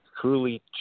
truly